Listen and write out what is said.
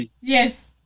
Yes